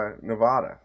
Nevada